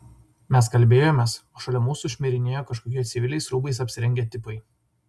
mes kalbėjomės o šalia mūsų šmirinėjo kažkokie civiliais rūbais apsirengę tipai